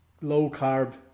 low-carb